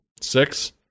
Six